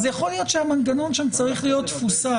אז יכול להיות שהמנגנון שם צריך להיות תפוצה,